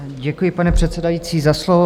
Děkuji, paní předsedající, za slovo.